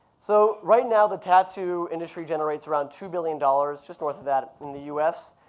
so right now, the tattoo industry generates around two billion dollars, just north of that in the u s,